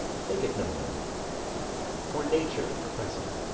think it no more for nature, crescent,